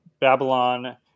Babylon